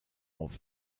auf